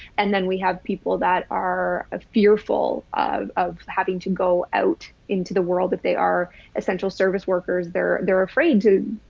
and then we have people that are ah fearful of of having to go out into the world, that they are essential service workers. they're, they're afraid to,